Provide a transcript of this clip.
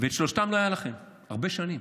ושלושתם לא היו לכם הרבה שנים.